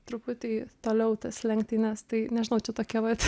truputį toliau tas lenktynes tai nežinau čia tokie vat